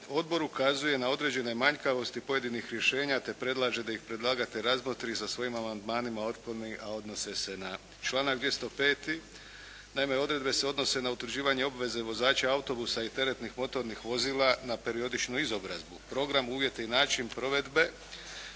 odbor ukazuje na određene manjkavosti pojedinih rješenja, te predlaže da ih predlagatelj razmotri i sa svojim amandmanima otkloni, a odnose se na članak 205. Naime odredbe se odnose na utvrđivanje obveze vozača autobusa i teretnih motornih vozila na periodičnu izobrazbu, program, uvjete i način provedbe,